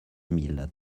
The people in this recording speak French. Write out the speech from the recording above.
mille